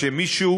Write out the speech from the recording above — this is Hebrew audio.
שמישהו